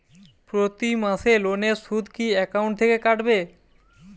প্রতি মাসে লোনের সুদ কি একাউন্ট থেকে কাটবে?